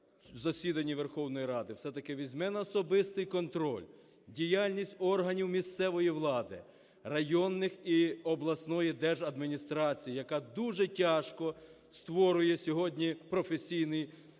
засіданні Верховної Ради, все-таки візьме на особистий контроль діяльності органів місцевої влади, районних і обласної держадміністрації, яка дуже тяжко створює сьогодні професійний кадровий